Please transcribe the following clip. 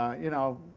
you know,